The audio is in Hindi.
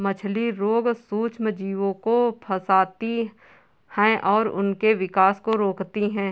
मछली रोग सूक्ष्मजीवों को फंसाती है और उनके विकास को रोकती है